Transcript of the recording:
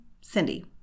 Cindy